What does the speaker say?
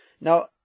Now